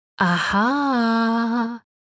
Aha